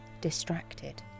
distracted